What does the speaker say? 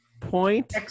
Point